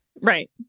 right